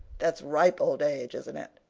that's ripe old age, isn't it?